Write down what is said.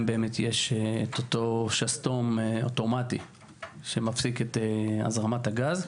באמת יש את אותו שסתום אוטומטי שמפסיק את הזרמת הגז.